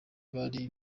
bari